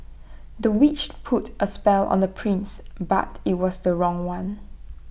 the witch put A spell on the prince but IT was the wrong one